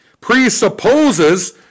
presupposes